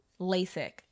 lasik